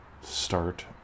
Start